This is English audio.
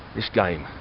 this game